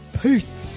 peace